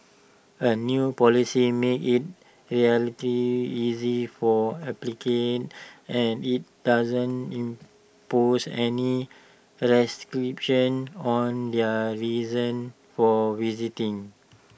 A new policy makes IT relative easy for applicants and IT doesn't impose any restrictions on their reasons for visiting